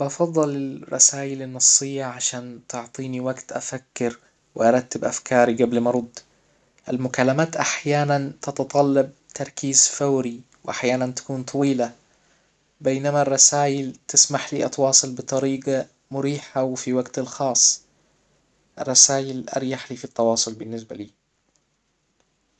بفضل الرسايل النصية عشان تعطيني وجت افكر وارتب افكاري قبل ما ارد المكالمات احيانا تتطلب تركيز فوري واحيانا تكون طويلة بينما الرسايل تسمح لي اتواصل بطريجة مريحة وفي وجتي الخاص الرسايل اريحلى في التواصل بالنسبة لي.